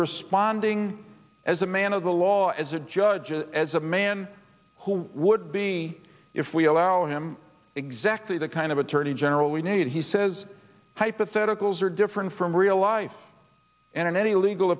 responding as a man of the law as a judge and as a man who would be if we allow him exactly the kind of attorney general we need he says hypotheticals are different from real life and in any legal